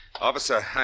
officer